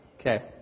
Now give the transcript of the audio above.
Okay